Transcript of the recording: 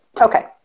Okay